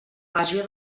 regió